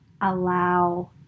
allow